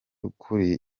ukuri